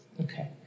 Okay